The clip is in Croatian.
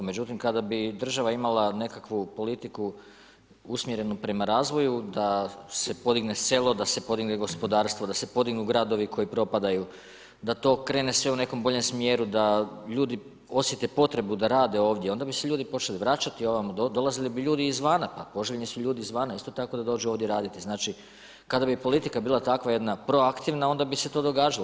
Međutim kada bi država imala nekakvu politiku usmjerenu prema razvoju da se podigne selo, da se podigne gospodarstvo, da se podignu gradovi koji propadaju, da to krene sve u nekom boljem smjeru, da ljudi osjete potrebu da rade ovdje, onda bi se ljudi počeli vraćati ovamo, dolazili bi ljudi izvana, pa poželjni su ljudi izvana isto tako da dođu ovdje raditi, znači kada bi politika bila takva jedna proaktivna onda bi se to događalo.